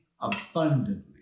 abundantly